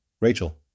Rachel